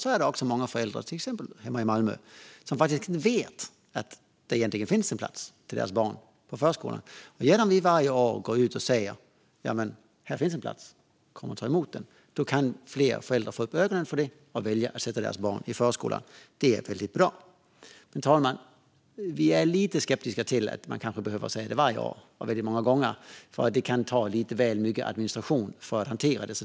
Men det är också många föräldrar, till exempel hemma i Malmö, som faktiskt inte vet att det finns en plats till deras barn, och genom att vi varje år går ut säger "Det finns en plats - kom och ta den!" kan fler föräldrar få upp ögonen för det och välja att sätta sina barn i förskola. Det är väldigt bra. Men, fru talman, vi är lite skeptiska till att man behöver säga det varje år och väldigt många gånger, för det kan ta lite väl mycket tid till administration för att hantera det.